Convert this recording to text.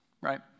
right